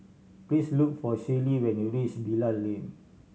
please look for Shaylee when you reach Bilal Lane